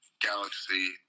galaxy